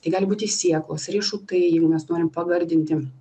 tai gali būti sėklos riešutai jeigu mes norim pagardinti